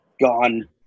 gone